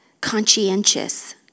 conscientious